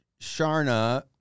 Sharna